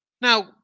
Now